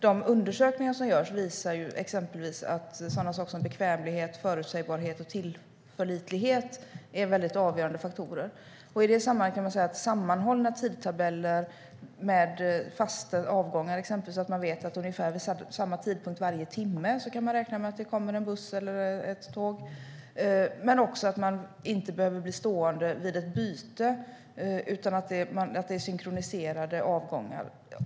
De undersökningar som görs visar exempelvis att sådana saker som bekvämlighet, förutsägbarhet och tillförlitlighet är avgörande faktorer. I det sammanhanget kan man säga att det handlar om sammanhållna tidtabeller med fasta avgångar, exempelvis så att man vet att ungefär vid samma tidpunkt varje timme kan man räkna med att det kommer en buss eller ett tåg. Det gäller också att man inte behöver bli stående vid ett byte, utan att det är synkroniserade avgångar.